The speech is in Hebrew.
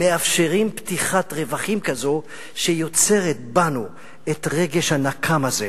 מאפשרים פתיחת רווחים כזו שיוצרת בנו את רגש הנקם הזה: